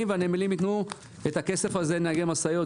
והנמלים ייתנו את הכסף הזה לנהגי משאיות.